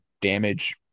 damage